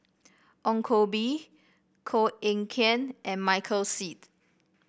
Ong Koh Bee Koh Eng Kian and Michael Seet